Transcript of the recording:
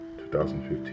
2015